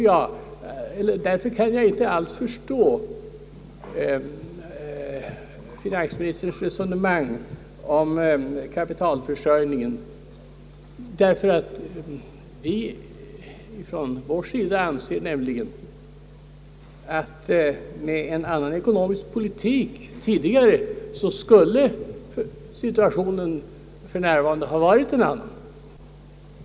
Jag kan inte alls förstå detta finansministerns resonemang om kapitalförsörjningen. Vi anser nämligen på vår sida att situationen nu skulle ha varit en annan om det hade förts en annan ekonomisk politik tidigare.